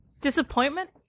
Disappointment